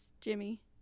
Jimmy